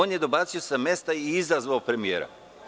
On je dobacio sa mesta i izazvao premijera.